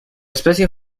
especie